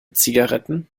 zigaretten